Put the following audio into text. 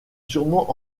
surement